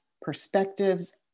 perspectives